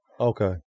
Okay